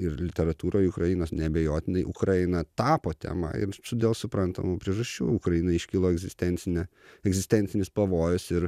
ir literatūroj ukrainos neabejotinai ukraina tapo tema ir su dėl suprantamų priežasčių ukrainai iškilo egzistencinė egzistencinis pavojus ir